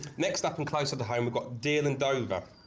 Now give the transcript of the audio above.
next up an closer to home we've got deal and dover,